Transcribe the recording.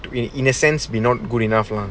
in in a sense we not good enough lah